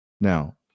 Now